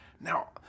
Now